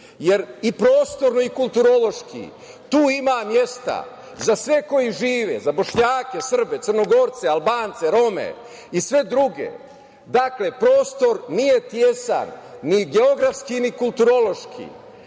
jer i prostorno i kulturološki tu ima mesta za sve koji žive, za Bošnjake, Srbe, Crnogorce, Albance, Rome i sve druge. Dakle, prostor nije tesan ni geografski, ni kulturološki. Tradicionalno